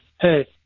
Hey